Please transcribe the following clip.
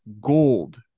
gold